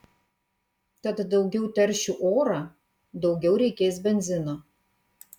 tad daugiau teršiu orą daugiau reikės benzino